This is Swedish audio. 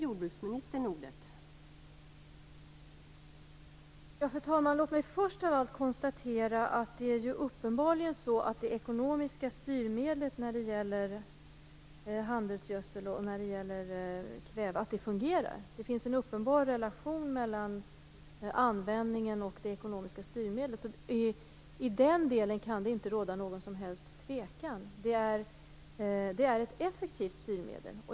Fru talman! Låt mig först av allt konstatera att det ekonomiska styrmedlet när det gäller handelsgödsel och kväve uppenbarligen fungerar. Det finns en uppenbar relation mellan användningen och det ekonomiska styrmedlet. I den delen kan det inte råda något som helst tvivel. Det är ett effektivt styrmedel.